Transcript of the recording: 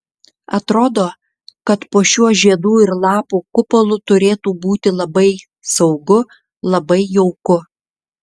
atrodo kad po šiuo žiedų ir lapų kupolu turėtų būti labai saugu labai jauku